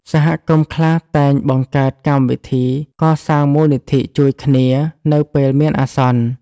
សហគមន៍ខ្លះតែងបង្កើតកម្មវិធីកសាងមូលនិធិជួយគ្នានៅពេលមានអាសន្ន។